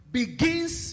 begins